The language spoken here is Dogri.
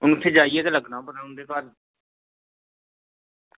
हून उत्थें जाइयै पता लग्गना उंदे घर